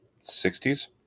60s